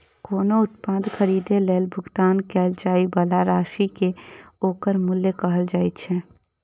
कोनो उत्पाद खरीदै लेल भुगतान कैल जाइ बला राशि कें ओकर मूल्य कहल जाइ छै